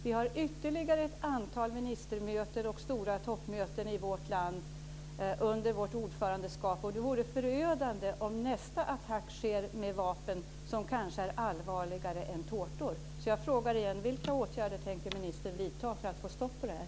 Vi har ytterligare ett antal ministermöten och stora toppmöten i vårt land under vårt ordförandeskap, och det vore förödande om nästa attack sker med vapen som kanske är allvarligare än tårtor.